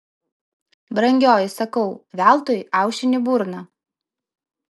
brangioji sakau veltui aušini burną